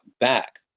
back